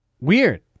Weird